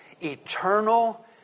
eternal